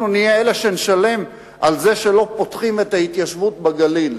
אנחנו נשלם על זה שלא פותחים את ההתיישבות בגליל.